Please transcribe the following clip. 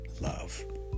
love